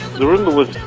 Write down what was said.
the roomba was